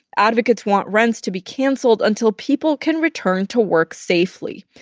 advocates want rents to be canceled until people can return to work safely.